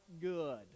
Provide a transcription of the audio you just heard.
good